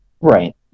Right